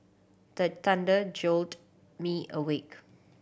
the thunder jolt me awake